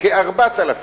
כ-4,000